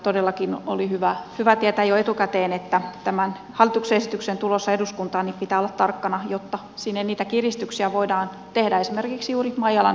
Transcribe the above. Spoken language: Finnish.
todellakin oli hyvä tietää jo etukäteen että tämän hallituksen esityksen tullessa eduskuntaan pitää olla tarkkana jotta sinne niitä kiristyksiä voidaan tehdä esimerkiksi juuri maijalan esittämällä tavalla